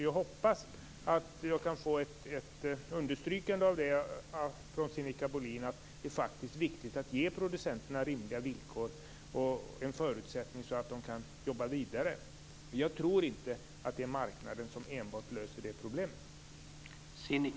Jag hoppas att jag kan få ett understrykande från Sinikka Bohlin att det faktiskt är viktigt att ge producenterna rimliga villkor och förutsättningar för att kunna jobba vidare. Jag tror inte att marknaden enbart löser det problemet.